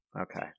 Okay